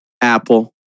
Apple